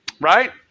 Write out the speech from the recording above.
Right